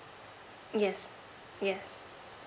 yes yes